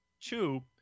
two